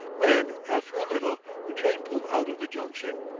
when, after a little, the train pulled out of the junction,